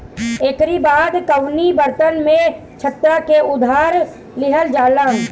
एकरी बाद कवनो बर्तन में छत्ता के उतार लिहल जाला